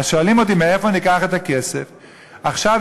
אז שואלים אותי: מאיפה ניקח את הכסף?